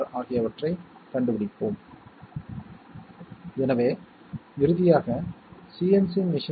AB பொதுவாக எடுக்கப்பட்டது மற்றும் அது C OR C' உடன் ANDED செய்யப்பட்டது